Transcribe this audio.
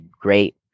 great